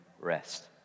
rest